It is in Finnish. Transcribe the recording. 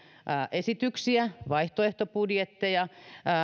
esityksiämme vaihtoehtobudjettejamme